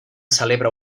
celebra